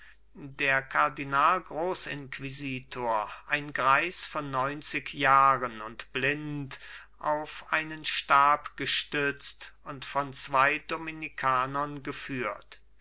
der kardinal großinquisitor ein greis von neunzig jahren und blind auf einen stab gestützt und von zwei dominikanern geführt